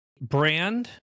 brand